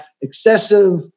excessive